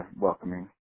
welcoming